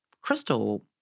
Crystal